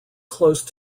close